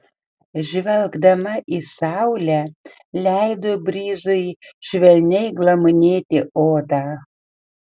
žvelgdama į saulę leido brizui švelniai glamonėti odą